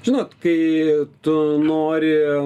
žinot kai tu nori